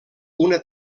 una